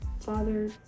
Father